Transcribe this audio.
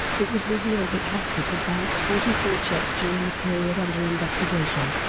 it was revealed that hastert had bounced forty four checks during the period under investigation.